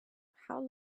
how